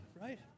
Right